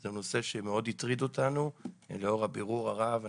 זה נושא שמאוד הטריד אותנו לאור הבירור הרב.